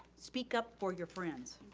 speak up for your friends,